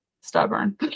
stubborn